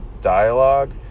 dialogue